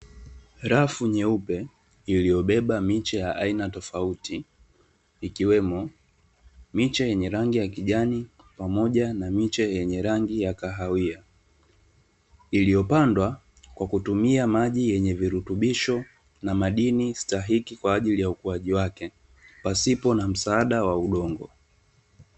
Rafu nyeupe iliyobeba miche ya aina tofauti, ikiwemo miche yenye rangi ya kijani na miche yenye rangi ya kahawia, iliyopandwa kwa kutumia maji yenye virutubisho na madini stahiki kwaajili ya ukuaji wake pasipo na msaada wa udongo.